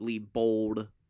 bold